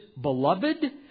beloved